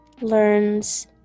learns